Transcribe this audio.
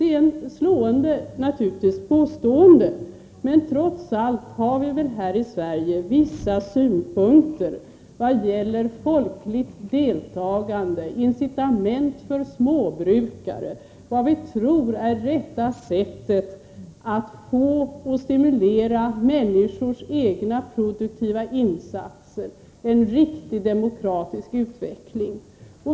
Det är naturligtvis ett slående påstående, men trots allt har vi väl här i Sverige vissa synpunkter när det gäller folkligt deltagande, incitament för småbrukare, vad vi tror är rätta sättet att stimulera människors egna produktiva insatser och när det gäller en riktig demokratisk utveckling.